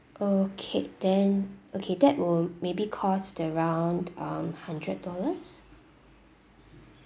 okay then okay that would maybe cost around um hundred dollars